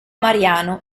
mariano